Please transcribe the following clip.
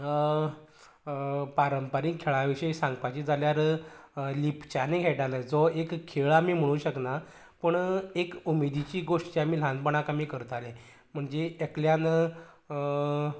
पारंपरीक खेळा विशयी सांगपाचें जाल्यार लिपच्यांनी खेळटाले जो एक खेळ आमी म्हणूंक शकना पूण एक उमेदीची गोश्ट जी आमी ल्हानपणांत आमी करताले म्हणजे एकल्यान